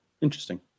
interesting